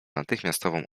natychmiastową